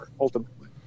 ultimately